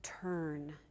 turn